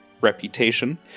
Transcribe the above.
reputation